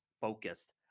focused